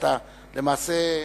למעשה,